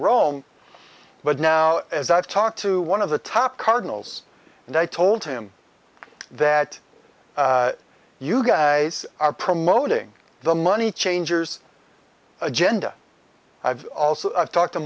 rome but now as i've talked to one of the top cardinals and i told him that you guys are promoting the money changers agenda i've also talked to